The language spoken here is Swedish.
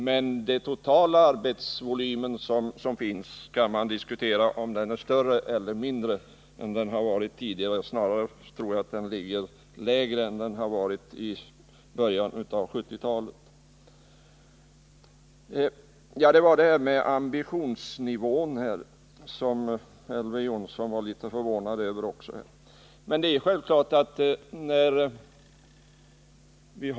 Men man kan diskutera om den totala arbetsvolymen nu är större eller mindre än den har varit tidigare. Jag tror att den är lägre nu än den var i början av 1970-talet. Elver Jonsson var litet förvånad över det här med ambitionsnivån.